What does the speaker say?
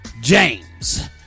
James